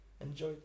enjoy